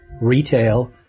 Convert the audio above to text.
retail